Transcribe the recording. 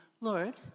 Lord